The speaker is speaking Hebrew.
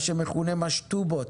מה שמכונה 'משטובות',